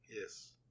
Yes